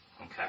Okay